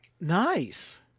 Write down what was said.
nice